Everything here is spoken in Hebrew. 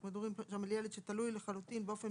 ואנחנו מדברים פה עכשיו על ילד שתלוי לחלוטין באופן